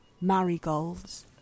marigolds